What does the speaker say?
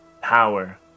power